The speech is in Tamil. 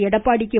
எடப்பாடி கே